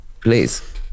please